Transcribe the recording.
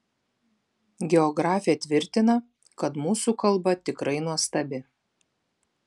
geografė tvirtina kad mūsų kalba tikrai nuostabi